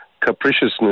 capriciousness